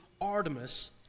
Artemis